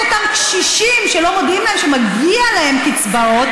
אותם קשישים שלא יודעים שמגיע להם קצבאות,